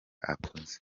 akoze